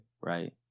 Right